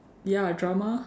ya drama